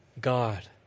God